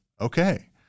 okay